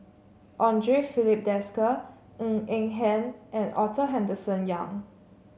Andre Filipe Desker Ng Eng Hen and Arthur Henderson Young